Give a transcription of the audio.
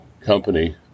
company